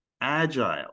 agile